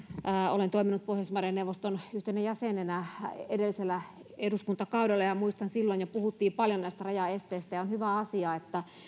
olen toiminut pohjoismaiden neuvoston yhtenä jäsenenä edellisellä eduskuntakaudella ja muistan että silloin jo puhuttiin paljon näistä rajaesteistä ja on hyvä asia että